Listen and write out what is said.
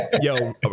yo